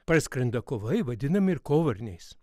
parskrenda kovai vadinami ir kovarniais